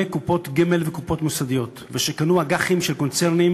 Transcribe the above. קופות גמל וקופות מוסדיות שקנו אג"חים של קונצרנים,